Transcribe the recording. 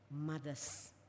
mothers